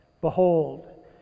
Behold